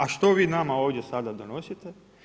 A što vi nama ovdje sada donosite?